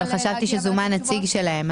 אני חשבתי שזומן נציג שלהם.